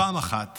פעם אחת